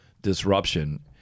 disruption